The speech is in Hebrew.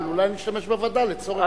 אולי נשתמש בווד"ל לצורך זה.